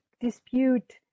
dispute